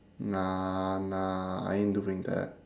nah nah I ain't doing that